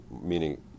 meaning